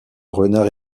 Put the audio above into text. renard